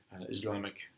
Islamic